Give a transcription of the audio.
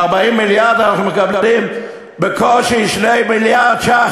מ-40 מיליארד אנחנו מקבלים בקושי 2 מיליארד ש"ח.